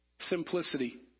Simplicity